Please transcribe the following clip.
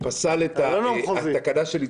אתם עכשיו דנים בכנסת על הסדרת תנאים שוטפים